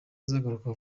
azagaruka